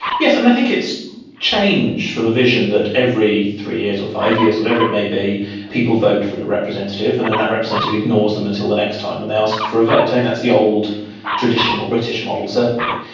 yes, i but i think it's changed from a vision that every three years or five years or whatever it may be people vote for a representative, and then that representative ignores them until the next time when they ask for a vote. i think that's the old traditional british model certainly.